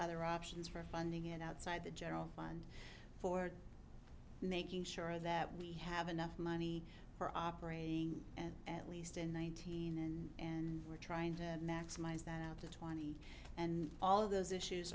other options for funding it outside the general fund for making sure that we have enough money for operating and at least in one thousand and and we're trying to maximize that up to twenty and all of those issues